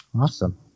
Awesome